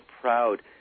proud